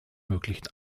möglichen